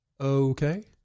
Okay